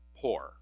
poor